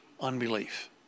unbelief